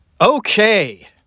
Okay